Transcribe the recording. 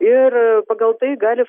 ir pagal tai gali